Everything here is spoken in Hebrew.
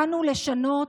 באנו לשנות,